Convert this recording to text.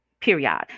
period